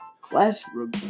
classroom